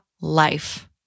life